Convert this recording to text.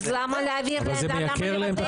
אז למה להעביר בן אדם, למה לבטל להם את הביטוחים?